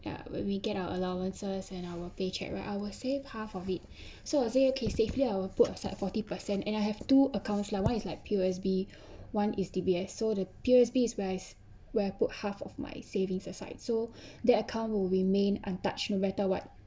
ya when we get our allowances and our paycheck right I will save half of it so I say okay safely I will put aside forty percent and I have two accounts like one is like P_O_S_B one is D_B_S so the P_O_S_B is wheres I where I put half of my savings aside so that account will remain untouched no matter what